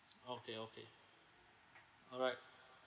okay okay alright